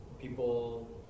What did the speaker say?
people